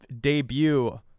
debut